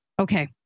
Okay